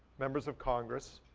members of congress,